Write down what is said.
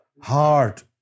Heart